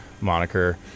moniker